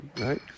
right